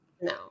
no